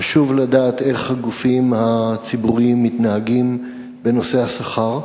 חשוב לדעת איך הגופים הציבוריים מתנהגים בנושא השכר.